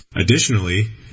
Additionally